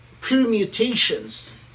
permutations